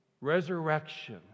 Resurrection